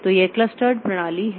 तो यह क्लस्टर्ड प्रणाली है